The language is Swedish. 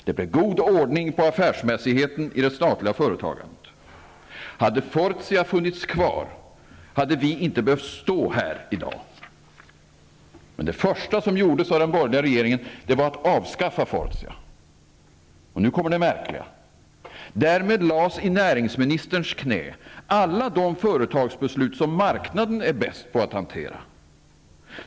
Det blev god ordning på affärsmässigheten i det statliga företagandet. Hade Fortia funnits kvar hade vi inte behövt stå här i dag. Men det första som gjordes av den borgerliga regeringen var att avskaffa Fortia. Och nu kommer det märkliga: Därmed lades i näringsministerns knä alla de företagsbeslut som marknaden är bäst på att hantera.